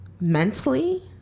mentally